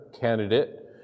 candidate